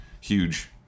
huge